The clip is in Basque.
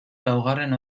laugarren